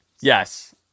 Yes